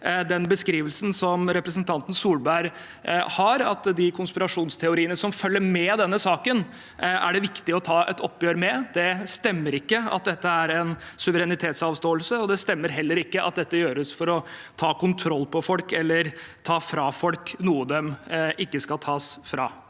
den beskrivelsen som representanten Solberg har, at de konspirasjonsteoriene som følger med denne saken, er det viktig å ta et oppgjør med. Det stemmer ikke at dette er en suverenitetsavståelse, og det stemmer heller ikke at dette gjøres for å ta kontroll over folk eller for å ta fra folk noe de ikke skal fratas.